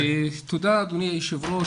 תודה אדוני היו"ר,